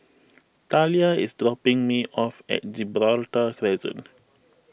Talia is dropping me off at Gibraltar Crescent